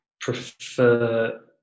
prefer